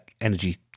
energy